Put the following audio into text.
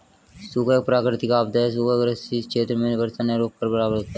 सूखा एक प्राकृतिक आपदा है सूखा ग्रसित क्षेत्र में वर्षा न के बराबर होती है